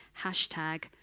Hashtag